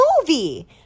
movie